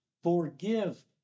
Forgive